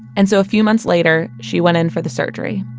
and so a few months later, she went in for the surgery.